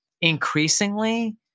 increasingly